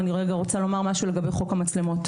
אני רוצה להגיד משהו לגבי חוק המצלמות.